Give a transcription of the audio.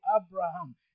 Abraham